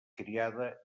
criada